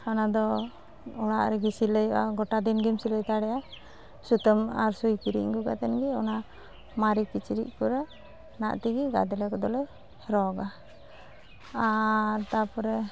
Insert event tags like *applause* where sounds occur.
ᱚᱱᱟᱫᱚ ᱚᱲᱟᱜ ᱨᱮᱜᱮ ᱥᱤᱞᱟᱹᱭᱚᱜᱼᱟ ᱜᱚᱴᱟᱫᱤᱱᱜᱮᱢ ᱥᱤᱞᱟᱹᱭ ᱫᱟᱲᱮᱜᱼᱟ ᱥᱩᱛᱟᱹᱢ ᱟᱨ ᱥᱩᱭ ᱠᱤᱨᱤᱧ ᱟᱹᱜᱩ ᱠᱟᱛᱮᱱᱜᱮ ᱚᱱᱟ ᱢᱟᱨᱮ ᱠᱤᱪᱨᱤᱡᱽ ᱠᱚᱨᱮ *unintelligible* ᱛᱮᱜᱮ ᱜᱟᱫᱽᱞᱮᱠᱚᱞᱮ ᱨᱚᱜᱟ ᱟᱨ ᱛᱟᱨᱯᱚᱨᱮ